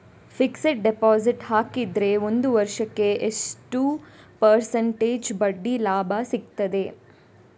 Fixed deposit ಹಾಕಿದರೆ ಒಂದು ವರ್ಷಕ್ಕೆ ಎಷ್ಟು ಪರ್ಸೆಂಟೇಜ್ ಬಡ್ಡಿ ಲಾಭ ಸಿಕ್ತದೆ?